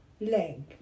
leg